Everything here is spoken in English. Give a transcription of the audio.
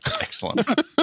Excellent